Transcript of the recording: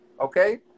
okay